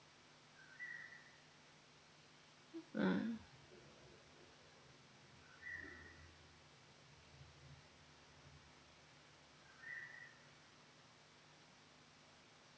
mm